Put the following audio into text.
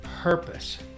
purpose